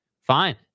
fine